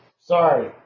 Sorry